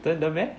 真的 meh